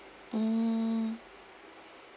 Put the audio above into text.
hmm